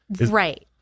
Right